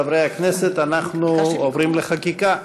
חברי הכנסת, אנחנו עוברים לחקיקה.